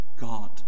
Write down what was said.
God